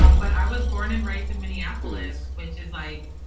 um but i was born and raised in minneapolis, which is like,